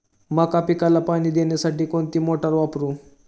मका पिकाला पाणी देण्यासाठी कोणती मोटार वापरू?